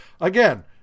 again